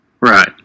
Right